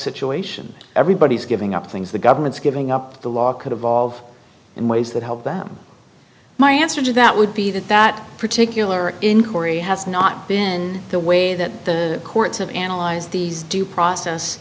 situation everybody's giving up things the government's giving up the law could evolve in ways that help them my answer to that would be that that particular inquiry has not been the way that the courts of analyze these due process